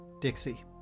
Dixie